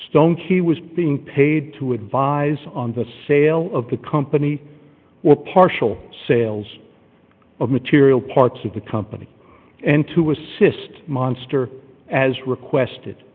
stone he was being paid to advise on the sale of the company or partial sales of material parts of the company and to assist monster as requested